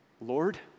Lord